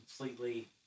completely